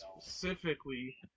specifically